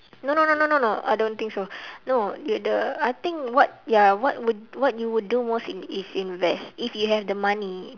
no no no no no I don't think so no did the I think what ya what would what you would do most in~ is invest if you have the money